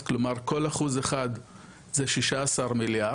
כלומר כל אחוז אחד זה 16 מיליארד,